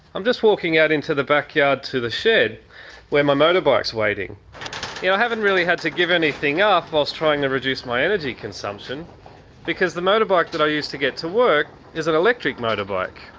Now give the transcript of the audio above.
i'm just walking out into the backyard to the shed where my motorbike is waiting. you know i haven't really had to give anything up whilst trying to reduce my energy consumption because the motorbike that i use to get to work is an electric motorbike.